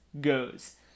goes